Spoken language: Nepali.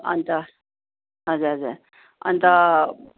अन्त हजुर हजुर अन्त